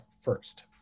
first